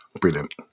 Brilliant